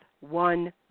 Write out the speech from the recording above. one